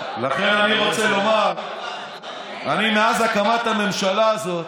לכן אני רוצה לומר שמאז הקמת הממשלה הזאת,